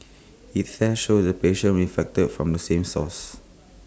IT fact showed the patients were infected from the same source